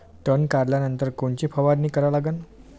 तन काढल्यानंतर कोनची फवारणी करा लागन?